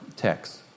text